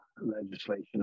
legislation